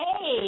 Hey